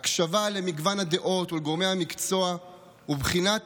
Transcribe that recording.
הקשבה למגוון הדעות ולגורמי המקצוע ובחינת